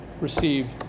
receive